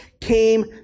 came